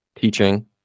teaching